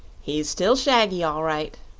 he's still shaggy, all right,